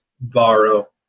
borrow